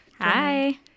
Hi